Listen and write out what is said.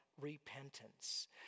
repentance